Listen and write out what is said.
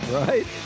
right